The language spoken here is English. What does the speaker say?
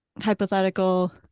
hypothetical